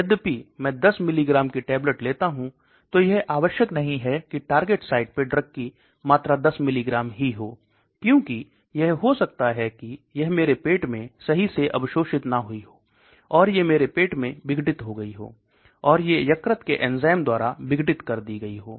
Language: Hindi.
यदपि में 10 मिलीग्राम की टेबलेट लेता हूँ तो यह आवश्यक नहीं है की टारगेट साइट पे ड्रग की मात्रा 10 मिलीग्राम ही हो क्यूंकि यह हो सकता है की यह मेरे पेट में सही से अवशोषित न हुई हो और ये मेरे पेट में विघटित हो गयी हो और ये यकृत के एन्ज़ाइम्स द्वारा विघटित करदी गयी हो